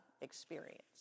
experience